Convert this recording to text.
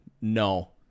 no